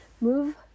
Move